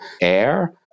air